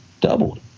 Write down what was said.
doubled